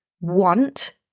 want